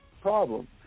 problem